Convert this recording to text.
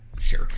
Sure